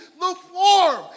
lukewarm